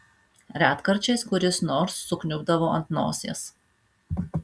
retkarčiais kuris nors sukniubdavo ant nosies